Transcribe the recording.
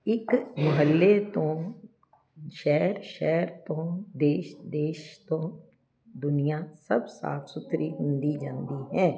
ਇੱਕ ਮੁਹੱਲੇ ਤੋਂ ਸ਼ਹਿਰ ਸ਼ਹਿਰ ਤੋਂ ਦੇਸ਼ ਦੇਸ਼ ਤੋਂ ਦੁਨੀਆਂ ਸਭ ਸਾਫ ਸੁਥਰੀ ਹੁੰਦੀ ਜਾਂਦੀ ਹੈ